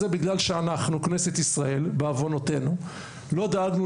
זה בגלל שאנחנו כנסת ישראל בעוונותינו לא דאגנו